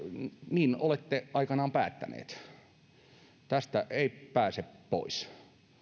niin olette aikanaan päättäneet tästä ei pääse pois